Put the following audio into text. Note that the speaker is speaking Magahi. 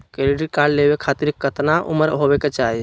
क्रेडिट कार्ड लेवे खातीर कतना उम्र होवे चाही?